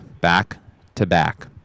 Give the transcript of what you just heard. Back-to-back